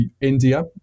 India